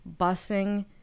busing